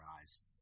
eyes